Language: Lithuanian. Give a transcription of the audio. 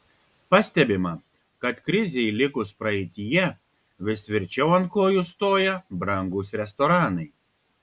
pastebima kad krizei likus praeityje vis tvirčiau ant kojų stoja brangūs restoranai